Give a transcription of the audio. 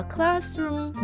Classroom